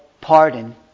pardon